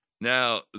Now